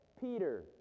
Peter